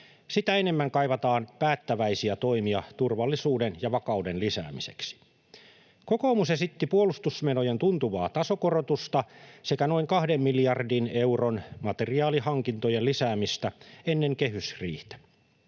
sitä enemmän kaivataan päättäväisiä toimia turvallisuuden ja vakauden lisäämiseksi. Kokoomus esitti puolustusmenojen tuntuvaa tasokorotusta sekä noin kahden miljardin euron materiaalihankintojen lisäämistä ennen kehysriihtä.